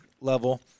level